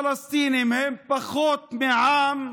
שהפלסטינים הם פחות מעם,